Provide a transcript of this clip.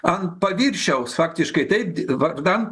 ant paviršiaus faktiškai taip vardan